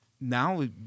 now